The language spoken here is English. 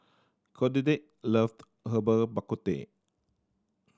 Clotilde loved Herbal Bak Ku Teh